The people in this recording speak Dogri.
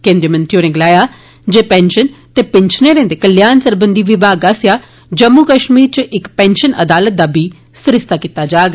केन्द्रीय मंत्री होरें गलाया जे पैंशन ते पिनशनरें दे कल्याण सरबंधी विभाग आस्सेया जम्मू कश्मीर इच इक पैंशन अदालत दा बी आयोजित कीता जाग